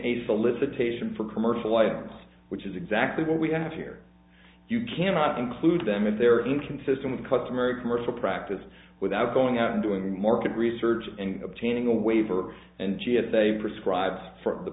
a solicitation for commercial license which is exactly what we have here you cannot include them if they are inconsistent with customary commercial practice without going out and doing market research and obtaining a waiver and g s a prescribes for the